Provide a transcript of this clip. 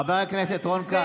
חבר הכנסת רון כץ.